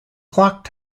clock